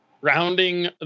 rounding